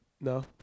no